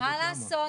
מה זאת אומרת?